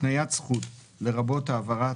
"הקניית זכות" לרבות העברה,